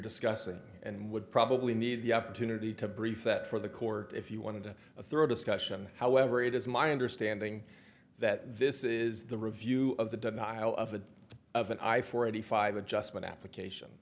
discussing and would probably need the opportunity to brief that for the court if you wanted to throw discussion however it is my understanding that this is the review of the denial of a of an eye for eighty five adjustment application